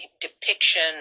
depiction